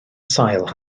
sail